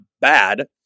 bad